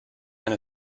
and